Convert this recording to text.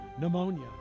pneumonia